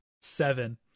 seven